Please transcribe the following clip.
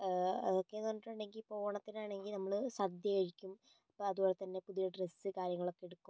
ഇതൊക്കെയെന്നു പറഞ്ഞിട്ടുണ്ടെങ്കിൽ ഇപ്പോൾ ഓണത്തിനാണെങ്കിൽ നമ്മൾ സദ്യ കഴിക്കും ഇപ്പോൾ അതുപോലെ തന്നെ പുതിയ ഡ്രസ്സ് കാര്യങ്ങളൊക്കെ എടുക്കും